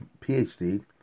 PhD